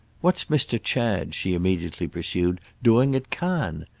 what's mr. chad, she immediately pursued, doing at cannes?